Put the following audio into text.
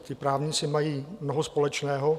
Ti právníci mají mnoho společného.